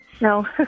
no